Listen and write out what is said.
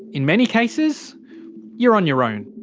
in many cases you're on your own.